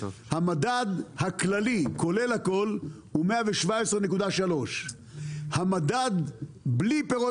המדד הכללי כולל הכול הוא 117.3. המדד בלי פירות